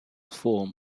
form